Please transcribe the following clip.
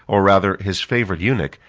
or rather his favorite eunuch,